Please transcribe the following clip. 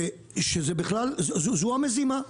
שזו המזימה,